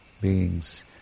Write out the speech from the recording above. beings